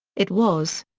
it was.